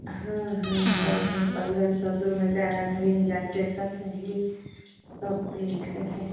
हाँ हाँ सब है पंद्रह सौ दो हज़ार अढ़ाई हज़ार जैसा चाहिए सब रेंज का है